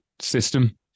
system